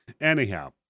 Anyhow